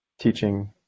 teaching